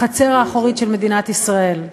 החצר האחורית של מדינת ישראל.